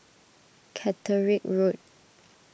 Caterick Road